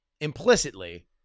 implicitly